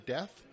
Death